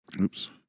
oops